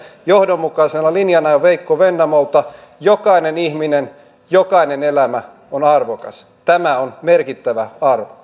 johdonmukaisena linjana jo veikko vennamolta jokainen ihminen jokainen elämä on arvokas tämä on merkittävä